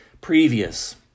previous